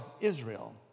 Israel